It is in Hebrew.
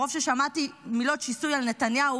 מרוב ששמעתי מילות שיסוי על נתניהו,